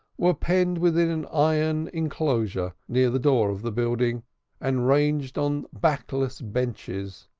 were penned within an iron enclosure near the door of the building and ranged on backless benches,